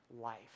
life